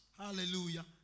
hallelujah